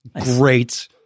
Great